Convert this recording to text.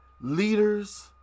leaders